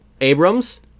abrams